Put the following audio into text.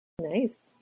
Nice